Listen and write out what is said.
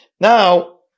Now